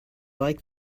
like